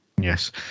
Yes